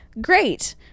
great